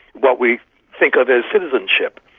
what we think of as citizenship,